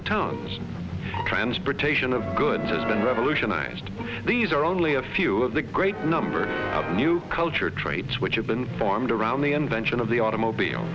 the towns transportation of goods and revolutionised these are only a few of the great number of new culture traits which have been formed around the invention of the automobile